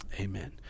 Amen